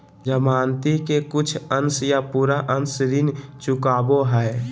जमानती के कुछ अंश या पूरा अंश ऋण चुकावो हय